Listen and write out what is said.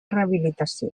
rehabilitació